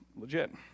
legit